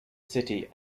city